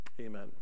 amen